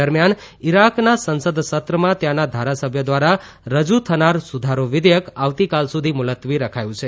દરમિયાન ઇરાકના સંસદ સત્રમાં ત્યાંના ધારાસભ્ય દ્વારા રજુ થનાર સુધારો વિધેયક આવતીકાલ સુધી મુલત્વી રખાયું છે